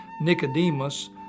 Nicodemus